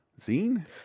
Zine